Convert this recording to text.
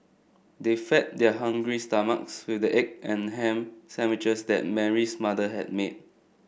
they fed their hungry stomachs with the egg and ham sandwiches that Mary's mother had made